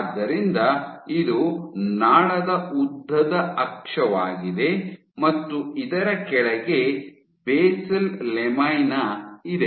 ಆದ್ದರಿಂದ ಇದು ನಾಳದ ಉದ್ದದ ಅಕ್ಷವಾಗಿದೆ ಮತ್ತು ಇದರ ಕೆಳಗೆ ಬೆಸಲ್ ಲ್ಯಾಮಿನಾ ಇದೆ